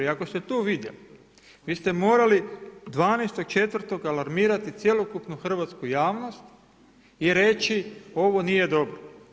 I ako ste to vidjeli, vi ste morali 12.4. alarmirati cjelokupnu hrvatsku javnost i reći ovo nije dobro.